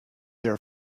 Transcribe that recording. their